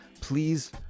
please